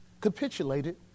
capitulated